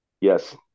Yes